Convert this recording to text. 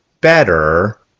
better